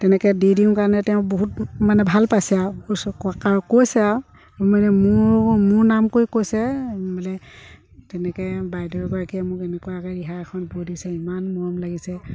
তেনেকৈ দি দিওঁ কাৰণে তেওঁ বহুত মানে ভাল পাইছে আৰু ওচৰ কৈছে আৰু মানে মোৰ মোৰ নাম কৈ কৈছে বোলে তেনেকৈ বাইদেউগৰাকীয়ে মোক এনেকুৱাকৈ ৰিহা এখন বৈ দিছে ইমান মৰম লাগিছে